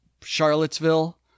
Charlottesville